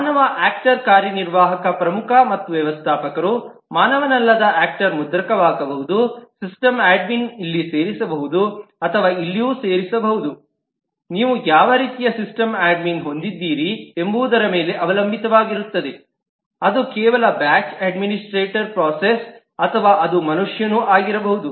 ಮಾನವ ಆಕ್ಟರ್ ಕಾರ್ಯನಿರ್ವಾಹಕ ಪ್ರಮುಖ ಮತ್ತು ವ್ಯವಸ್ಥಾಪಕರು ಮಾನವನಲ್ಲದ ಆಕ್ಟರ್ ಮುದ್ರಕವಾಗಬಹುದು ಸಿಸ್ಟಮ್ ಅಡ್ಮಿನ್ ಇಲ್ಲಿ ಸೇರಿರಬಹುದು ಅಥವಾ ಇಲ್ಲಿಯೂ ಸೇರಿರಬಹುದುಇದು ನೀವು ಯಾವ ರೀತಿಯ ಸಿಸ್ಟಮ್ ಅಡ್ಮಿನ್ನ್ನು ಹೊಂದಿದ್ದೀರಿ ಎಂಬುದರ ಮೇಲೆ ಅವಲಂಬಿತವಾಗಿರುತ್ತದೆ ಅದು ಕೇವಲ ಬ್ಯಾಚ್ ಅಡ್ಮಿನಿಸ್ಟ್ರೇಟರ್ ಪ್ರೋಸೆಸ್ ಅಥವಾ ಅದು ಮನುಷ್ಯನು ಆಗಿರಬಹುದು